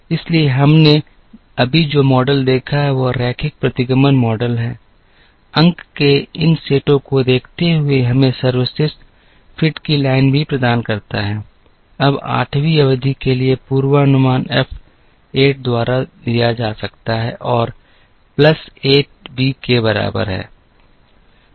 इसलिए हमने अभी जो मॉडल देखा है वह रैखिक प्रतिगमन मॉडल है अंक के इन सेटों को देखते हुए हमें सर्वश्रेष्ठ फिट की लाइन भी प्रदान करता है अब 8 वीं अवधि के लिए पूर्वानुमान एफ 8 द्वारा दिया जा सकता है और प्लस 8 बी के बराबर है